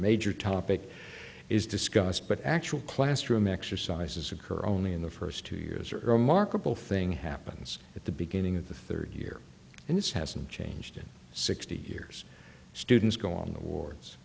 major topic is discussed but actual classroom exercises occur only in the first two years or early markable thing happens at the beginning of the third year and this hasn't changed in sixty years students go on the wards